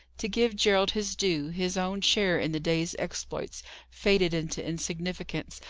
to give gerald his due, his own share in the day's exploits faded into insignificance,